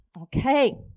Okay